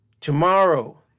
Tomorrow